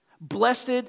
blessed